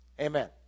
Amen